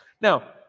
Now